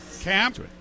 camp